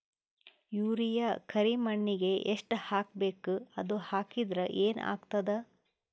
Urea ಕರಿಮಣ್ಣಿಗೆ ಎಷ್ಟ್ ಹಾಕ್ಬೇಕ್, ಅದು ಹಾಕದ್ರ ಏನ್ ಆಗ್ತಾದ?